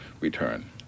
Return